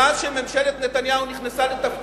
מאז נכנסה ממשלת נתניהו לתפקידה,